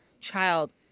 child